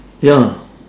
ya